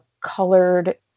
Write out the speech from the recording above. colored